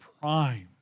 prime